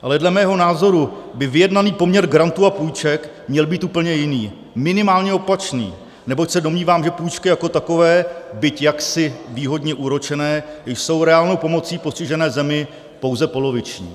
Ale dle mého názoru by vyjednaný poměr grantů a půjček měl být úplně jiný, minimálně opačný, neboť se domnívám, že půjčky jako takové, byť jaksi výhodně úročené, jsou reálnou pomocí postižené zemi pouze poloviční.